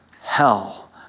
hell